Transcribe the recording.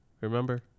Remember